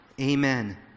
Amen